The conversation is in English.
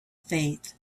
faith